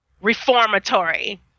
reformatory